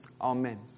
Amen